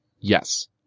Yes